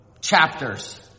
chapters